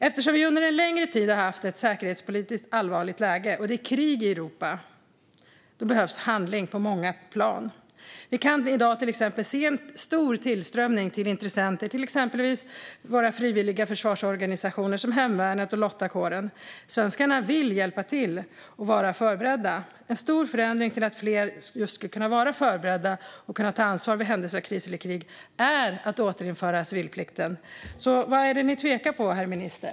Eftersom vi under en längre tid har haft ett säkerhetspolitiskt allvarligt läge och det är krig i Europa behövs handling på många plan. Vi kan i dag till exempel se en stor tillströmning av intressenter till våra frivilliga försvarsorganisationer, som hemvärnet och lottakåren. Svenskarna vill hjälpa till och vara förberedda. En stor förändring för att fler skulle kunna vara förberedda och ta ansvar i händelse av kris eller krig skulle vara att återinföra civilplikten. Så vad är det som får er att tveka, herr minister?